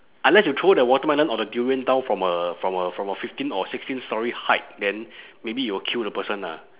unless you throw the watermelon or the durian down from a from a from a fifteen or sixteen storey height then maybe you will kill the person lah